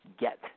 get